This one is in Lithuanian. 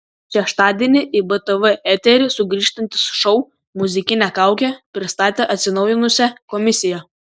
šeštadienį į btv eterį sugrįžtantis šou muzikinė kaukė pristatė atsinaujinusią komisiją